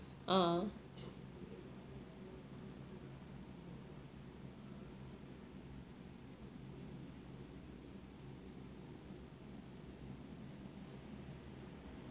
ah